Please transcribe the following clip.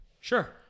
Sure